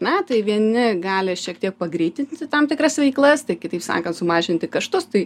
na tai vieni gali šiek tiek pagreitinti tam tikras veiklas tai kitaip sakant sumažinti kaštus tai